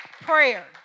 prayer